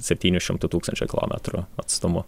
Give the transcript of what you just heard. septynių šimtų tūkstančių kilometrų atstumu